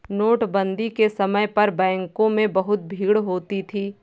नोटबंदी के समय पर बैंकों में बहुत भीड़ होती थी